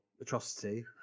atrocity